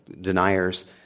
deniers